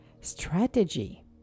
strategy